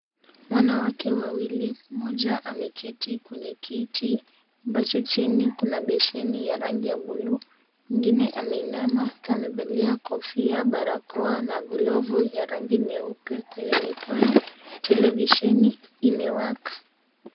Wanawake wawili moja ameketi kwenye kiti ambacho chini kuna beseni ya rangi ya buluu, mwingine ameinama akiwa amevalia kofia, barakoa na glovu za rangi nyeupe kwenye mikono. Televisheni imewaka.